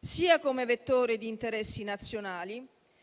sia come vettore di interessi nazionali